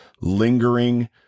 lingering